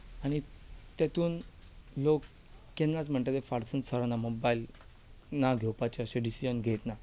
आनी तातूंत लोक केन्नाच म्हणटा ते फाटसून सरना मोबायल ना घेवपाचें अशें डिसिजन घेयनात